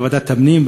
בוועדת הפנים,